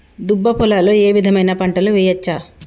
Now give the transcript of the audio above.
దుబ్బ పొలాల్లో ఏ విధమైన పంటలు వేయచ్చా?